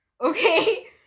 okay